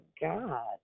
God